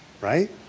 right